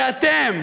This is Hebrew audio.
שאתם,